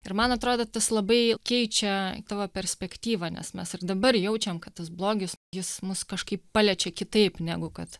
ir man atrodo tas labai keičia tavo perspektyvą nes mes ir dabar jaučiam kad tas blogis jis mus kažkaip paliečia kitaip negu kad